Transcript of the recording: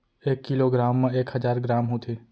एक kilo gram मा एक हजार ग्राम होथे